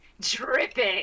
dripping